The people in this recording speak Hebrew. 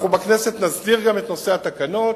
אנחנו בכנסת נסדיר גם את נושא התקנות